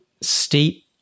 state